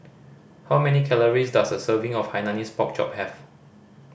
how many calories does a serving of Hainanese Pork Chop have